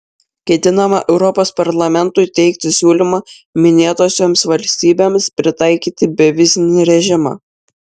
ketinama europos parlamentui teikti siūlymą minėtosioms valstybėms pritaikyti bevizį režimą